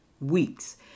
weeks